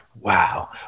Wow